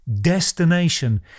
destination